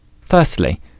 Firstly